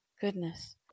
Goodness